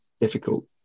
difficult